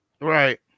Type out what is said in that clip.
Right